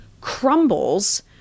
crumbles